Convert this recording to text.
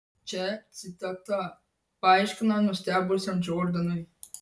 čia citata paaiškino nustebusiam džordanui